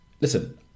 Listen